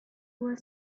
was